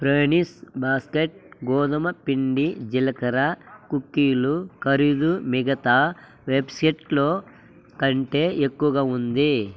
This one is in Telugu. బ్రౌనీస్ బాస్కెట్ గోధుమపిండి జీలకర్ర కుక్కీలు ఖరీదు మిగతా వెబ్సైట్లో కంటే ఎక్కువగా ఉంది